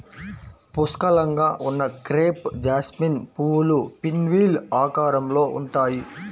పుష్కలంగా ఉన్న crepe jasmine పువ్వులు పిన్వీల్ ఆకారంలో ఉంటాయి